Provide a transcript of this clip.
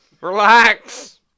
Relax